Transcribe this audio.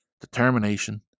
determination